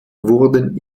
wurden